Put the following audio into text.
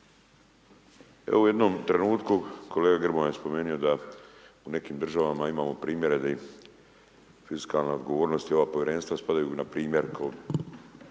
Evo u jednom trenutku, kolega Gmroja je spomenuo da u nekim državama imamo primjere da im fiskalna odgovornost i ova povjerenstva spadaju na primjer kod